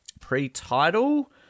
pre-title